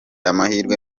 amahirwe